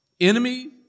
enemy